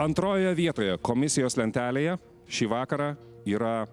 antroje vietoje komisijos lentelėje šį vakarą yra